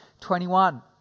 21